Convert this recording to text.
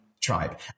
tribe